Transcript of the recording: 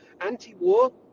anti-war